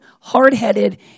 hard-headed